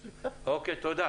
תודה.